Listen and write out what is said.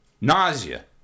nausea